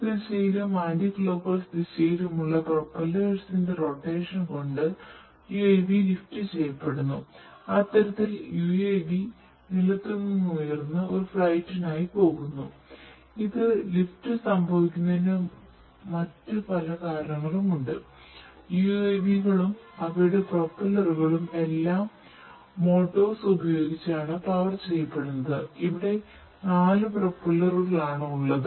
clockwise ആണ് ഉള്ളത്